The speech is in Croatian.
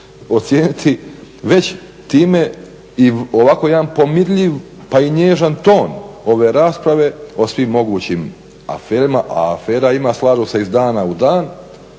već time i ovako jedan pomirljiv pa i nježan ton ove rasprave o svim mogućim aferama. A afera ima, slažu se iz dana u dan,